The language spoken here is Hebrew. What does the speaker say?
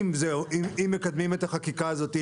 אם מקדמים את החקיקה הזאת,